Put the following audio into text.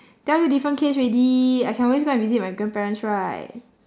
tell you different case already I can always go and visit my grandparents right